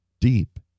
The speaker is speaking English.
deep